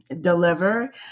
deliver